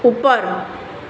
ઉપર